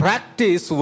Practice